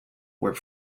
where